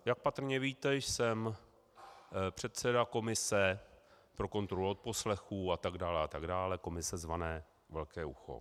Jak patrně víte, jsem předseda komise pro kontrolu odposlechů atd., atd., komise zvané Velké ucho.